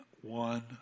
one